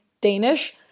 Danish